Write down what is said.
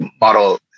model